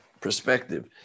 perspective